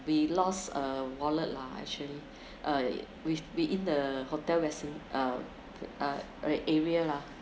we lost a wallet lah actually uh we wait in the hotel resting uh uh uh area lah